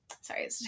sorry